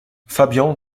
fabian